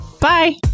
Bye